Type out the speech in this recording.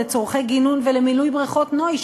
לצורכי גינון ולמילוי בריכות נוי,